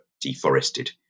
deforested